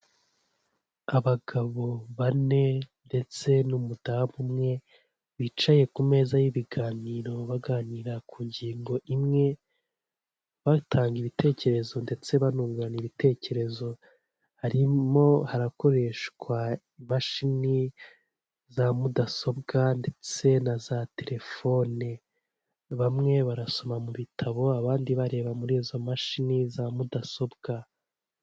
Abagabo bane ndetse n'umudamu umwe bicaye ku meza y'ibiganiro baganira ku ngingo imwe batanga ibitekerezo ndetse banungurana ibitekerezo harimo harakoreshwa imashini za mudasobwa ndetse na za telefone bamwe barasoma mu bitabo abandi bareba muri izo mashini za mudasobwa.